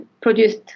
produced